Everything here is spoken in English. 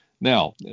Now